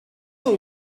vous